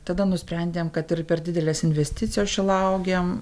tada nusprendėm kad ir per didelės investicijos šilauogėm